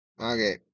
Okay